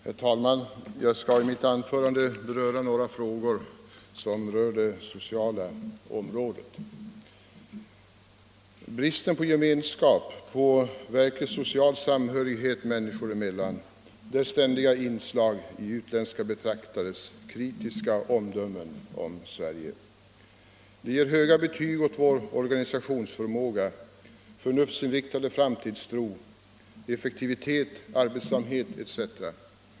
Herr talman! Jag skall i mitt anförande ta upp några frågor som rör det sociala området. Bristen på gemenskap, på verklig social samhörighet människor emellan, det är ständiga inslag i utländska betraktares kritiska omdömen om Sverige. De ger höga betyg åt vår organisationsförmåga, förnuftsinriktade framtidstro, effektivitet, arbetsamhet etc.